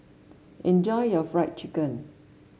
enjoy your Fried Chicken